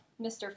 Mr